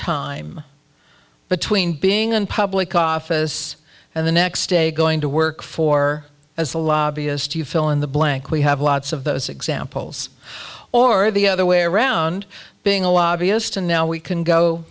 time between being in public office and the next day going to work for as a lobbyist you fill in the blank we have lots of those examples or the other way around being a lobbyist and now we can go